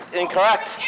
incorrect